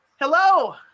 hello